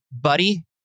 buddy